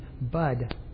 Bud